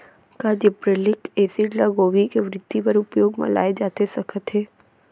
का gibberellic acid ल गोभी के वृद्धि बर उपयोग म लाये जाथे सकत हे?